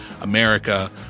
America